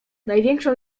największą